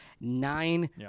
nine